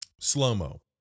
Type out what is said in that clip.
slow-mo